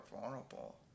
vulnerable